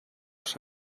els